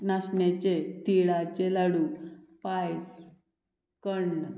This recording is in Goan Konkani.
नाशण्याचें तिळाचें लाडू पायस कण्ण